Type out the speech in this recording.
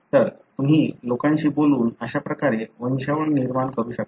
तर तुम्ही लोकांशी बोलून अशा प्रकारे वंशावळ निर्माण करू शकता